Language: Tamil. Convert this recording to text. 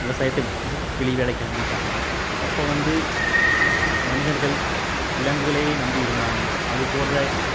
விவசாயத்தை விட்டுவிட்டு வெளி வேலைக்கு கிளம்பிட்டாங்க அப்போ வந்து மனிதர்கள் விலங்குகளையே நம்பி இருந்தாங்க அது போடுற